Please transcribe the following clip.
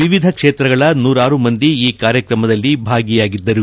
ವಿವಿಧ ಕ್ಷೇತ್ರಗಳ ನೂರಾರು ಮಂದಿ ಈ ಕಾರ್ಯಕ್ರಮದಲ್ಲಿ ಭಾಗಿಯಾಗಿದ್ದರು